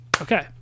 Okay